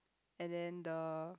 and then the